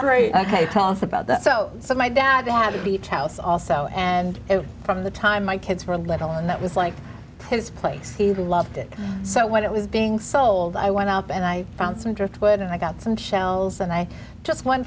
us about that so my dad had a beach house also and from the time my kids were little and that was like his place he loved it so when it was being sold i went out and i found some driftwood and i got some shells and i just